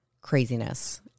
craziness